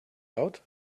out